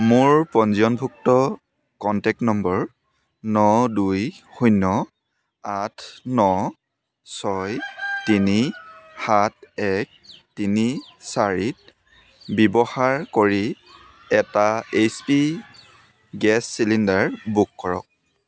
মোৰ পঞ্জীয়নভুক্ত contact number ন দুই শূন্য আঠ ন ছয় তিনি সাত এক তিনি চাৰি ব্যৱহাৰ কৰি এটা H P gas cylinder book কৰক